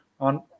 on